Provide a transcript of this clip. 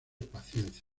paciencia